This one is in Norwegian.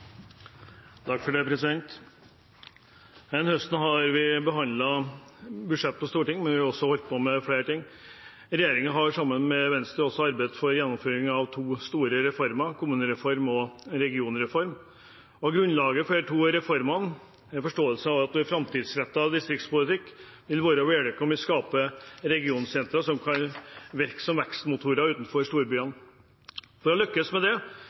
høsten har vi, i tillegg til å behandle budsjettet, holdt på med flere ting på Stortinget. Regjeringen har sammen med Venstre også arbeidet for gjennomføring av to store reformer, kommunereform og regionreform. Grunnlaget for de to reformene er forståelse av at en framtidsrettet distriktspolitikk vil være med på å skape regionsentre som kan virke som vekstmotorer utenfor storbyene. For å lykkes med det